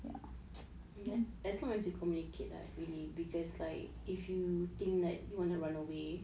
ya ya as long ah you communicate really because like if you think like you want to run away